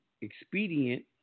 expedient